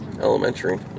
elementary